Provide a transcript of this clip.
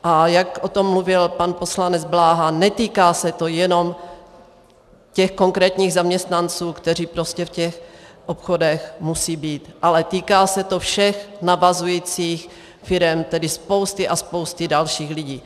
A jak o tom mluvil pan poslanec Bláha, netýká se to jenom těch konkrétních zaměstnanců, kteří v těch obchodech musí být, ale týká se to všech navazujících firem, tedy spousty a spousty dalších lidí.